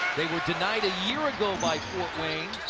they were denied a year ago by fort wayne.